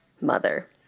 mother